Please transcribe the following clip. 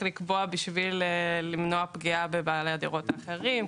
לקבוע כדי למנוע פגיעה בבעלי הדירות האחרים,